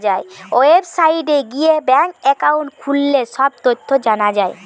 ওয়েবসাইটে গিয়ে bank account খুললে সব তথ্য জানা যায়